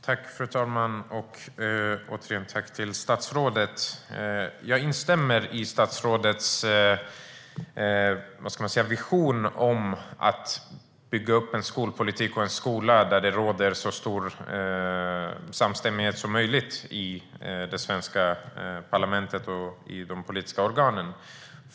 Fru talman! Återigen: Tack till statsrådet! Jag instämmer i statsrådets vision om att bygga upp en skola och en skolpolitik där det råder så stor samstämmighet som möjligt i det svenska parlamentet och de politiska organen.